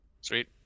Sweet